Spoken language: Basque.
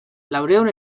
laurehun